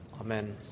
Amen